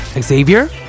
Xavier